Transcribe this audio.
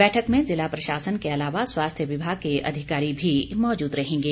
बैठक में जिला प्रशासन के अलावा स्वास्थ्य विभाग के अधिकारी भी मौजूद रहेंगे